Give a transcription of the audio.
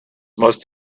must